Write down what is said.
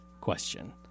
question